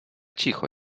cicho